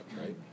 right